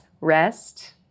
Rest